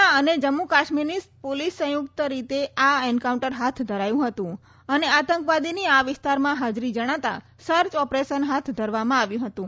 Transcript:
એકાઉન્ટર સેના અને જમ્મુ કાશ્મીરની પોલીસ સંયુક્ત રીતે આ એનકાઉન્ટર હાથ ધરાયું હતું અને આતંકવાદીની આ વિસ્તારમાં હાજરી જણાતાં સર્ચ ઓપરેશન હાથ ધરાયું હતું